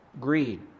Greed